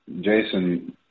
Jason